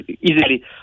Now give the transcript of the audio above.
easily